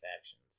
factions